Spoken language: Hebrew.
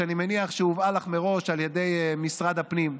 שאני מניח שהובאה לך מראש על ידי משרד הפנים.